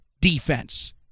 defense